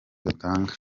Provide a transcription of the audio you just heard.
batanga